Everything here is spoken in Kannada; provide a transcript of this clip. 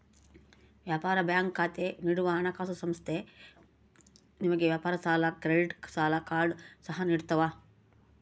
ವ್ಯಾಪಾರ ಬ್ಯಾಂಕ್ ಖಾತೆ ನೀಡುವ ಹಣಕಾಸುಸಂಸ್ಥೆ ನಿಮಗೆ ವ್ಯಾಪಾರ ಸಾಲ ಕ್ರೆಡಿಟ್ ಸಾಲ ಕಾರ್ಡ್ ಸಹ ನಿಡ್ತವ